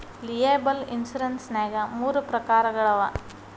liable insurance ನ್ಯಾಗ್ ಮೂರ ಪ್ರಕಾರಗಳವ